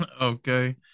Okay